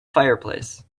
fireplace